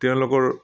তেওঁলোকৰ